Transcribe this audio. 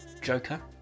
Joker